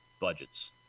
budgets